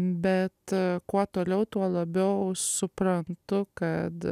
bet kuo toliau tuo labiau suprantu kad